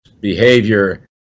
behavior